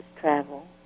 travel